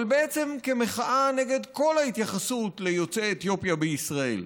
אבל בעצם במחאה נגד כל ההתייחסות ליוצאי אתיופיה בישראל.